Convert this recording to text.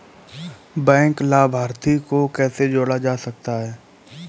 Bank लाभार्थी को कैसे जोड़ा जा सकता है?